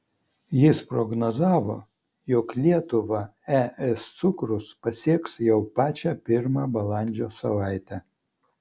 jis prognozavo jog lietuvą es cukrus pasieks jau pačią pirmą balandžio savaitę